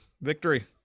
victory